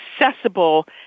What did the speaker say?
accessible